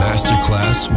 Masterclass